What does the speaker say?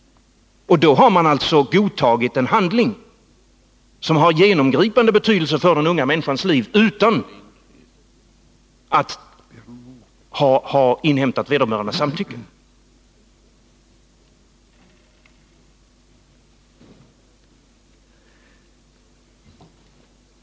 Då har man alltså godtagit en handling som har genomgripande betydelse för den unga människans liv utan att ha inhämtat vederbörandes samtycke.